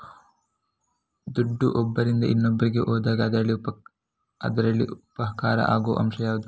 ದುಡ್ಡು ಒಬ್ಬರಿಂದ ಇನ್ನೊಬ್ಬರಿಗೆ ಹೋದಾಗ ಅದರಲ್ಲಿ ಉಪಕಾರ ಆಗುವ ಅಂಶಗಳು ಯಾವುದೆಲ್ಲ?